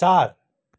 चार